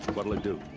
what'll it do?